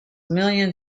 million